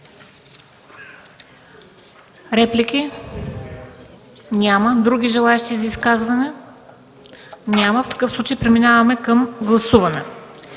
Реплики? Няма. Други желаещи за изказване? Няма. Преминаваме към гласуване.